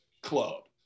club